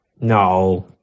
No